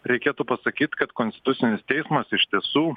reikėtų pasakyt kad konstitucinis teismas iš tiesų